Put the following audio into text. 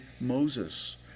Moses